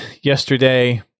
yesterday